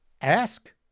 Ask